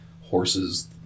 horses